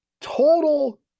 total